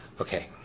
Okay